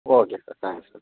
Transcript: okay sir thanks sir